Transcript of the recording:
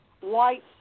white